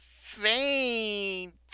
faint